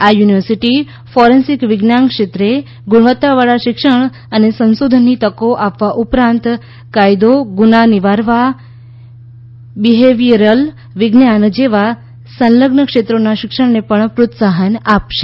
આ university forensic વિજ્ઞાન ક્ષેત્રે ગુણવત્તા વાળા શિક્ષણ અને સંશોધનની તકો આપવા ઉપરાંત કાયદો ગુના નિવારવા બીહેવીયરલ વિજ્ઞાન જેવા સંલગ્ન ક્ષેત્રોના શિક્ષણને પણ પ્રોત્સાહન આપશે